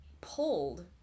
pulled-